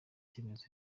cyemezo